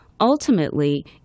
Ultimately